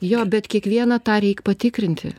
jo bet kiekvieną tą reik patikrinti